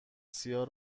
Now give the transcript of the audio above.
سیاه